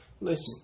Listen